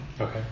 Okay